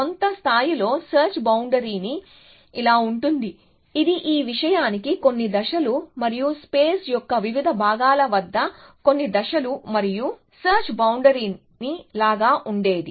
కొంత స్థాయిలో search boundary ని ఇలా ఉంటుంది ఇది ఈ విషయానికి కొన్ని దశలు మరియు స్పేస్ యొక్క వివిధ భాగాల వద్ద కొన్ని దశలు మరియు సెర్చ్ బౌండరీ ని లాగా ఉండేది